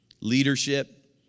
leadership